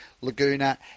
Laguna